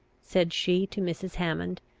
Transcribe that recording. said she to mrs. hammond,